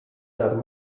nad